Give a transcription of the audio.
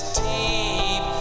deep